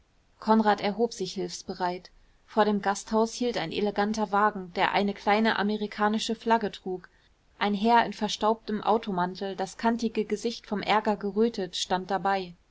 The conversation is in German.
konrad erhob sich hilfsbereit vor dem gasthaus hielt ein eleganter wagen der eine kleine amerikanische flagge trug ein herr in verstaubtem automantel das kantige gesicht vom ärger gerötet stand dabei